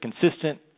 Consistent